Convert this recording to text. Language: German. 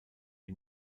die